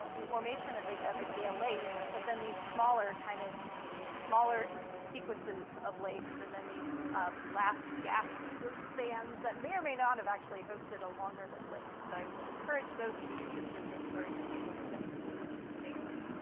formation of a of a gale lake, but then these smaller kind of smaller sequences of lakes and then these last gasps of fans that may or may not have actually hosted a longer-lived lake, and so i would encourage those of you interested in this story to take a look at the palucis paper.